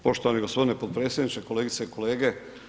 Poštovani gospodine potpredsjedniče, kolegice i kolege.